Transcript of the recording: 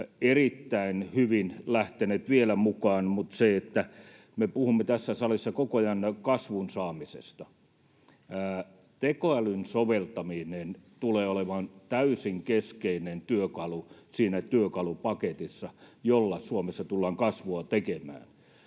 erittäin hyvin lähteneet vielä mukaan, mutta me puhumme tässä salissa koko ajan kasvun saamisesta. Tekoälyn soveltaminen tulee olemaan täysin keskeinen työkalu siinä työkalupaketissa, jolla Suomessa tullaan kasvua tekemään.